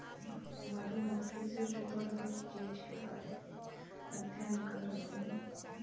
मधुमक्खी से जुड़ल हर चीज के बारे में अध्ययन करल जाला